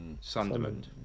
Sunderland